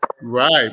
right